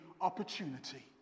opportunity